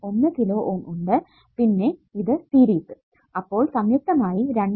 1 kilo Ω ഉണ്ട് പിന്നെ ഇത് സീരിസ് അപ്പോൾ സംയുക്തമായി 2